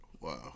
Wow